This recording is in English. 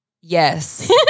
Yes